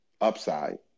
upside